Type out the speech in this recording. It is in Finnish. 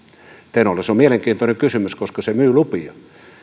tenolla se on mielenkiintoinen kysymys koska se myy lupia